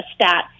stats